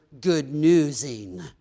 good-newsing